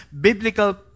biblical